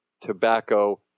tobacco